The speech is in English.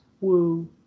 Woo